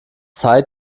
zeit